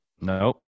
nope